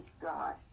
God